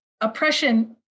oppression